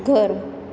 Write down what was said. ઘર